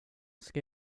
ska